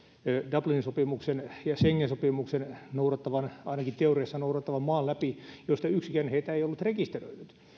dublinin sopimusta ja schengen sopimusta noudattavan ainakin teoriassa noudattavan maan läpi joista yksikään heitä ei ollut rekisteröinyt nyt